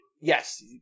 Yes